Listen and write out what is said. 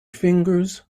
fingers